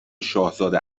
شاهزاده